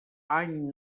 any